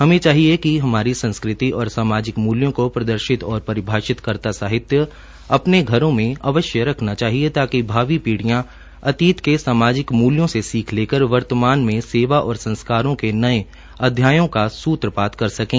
हमें चाहिए कि हमारी संस्कृति और सामाजिक मूल्यों को प्रदर्शित और परिभाषित करता साहित्य अपने घरों में अवश्य रखना चाहिए ताकि भावी पीढिय़ां अतीत के सामाजिक मूल्यों से सीख लेकर वर्तमान में सेवा और संस्कारों के नये अध्यायों का सूत्रपात कर सकें